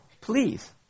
please